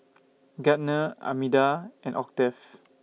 Gardner Armida and Octave